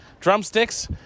drumsticks